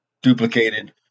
duplicated